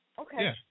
Okay